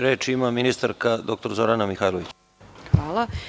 Reč ima ministarka dr Zorana Mihajlović.